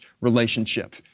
relationship